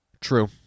True